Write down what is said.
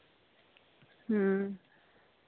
ᱦᱮᱸ